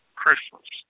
Christmas